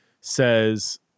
says